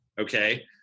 Okay